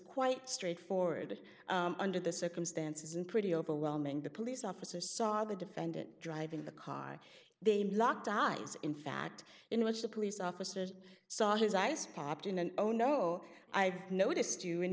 quite straightforward under the circumstances and pretty overwhelming the police officer saw the defendant driving the car they locked eyes in fact in which the police officers saw his eyes popped in an o no i've noticed you and